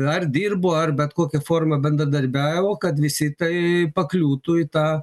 ar dirbo ar bet kokia forma bendradarbiavo kad visi tai pakliūtų į tą